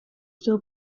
still